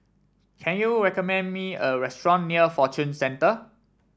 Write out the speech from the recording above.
can you recommend me a restaurant near Fortune Centre